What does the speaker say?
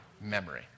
memory